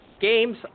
games